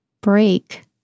break